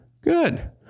Good